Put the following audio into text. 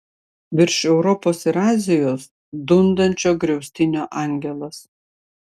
virš europos ir azijos dundančio griaustinio angelas